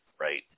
right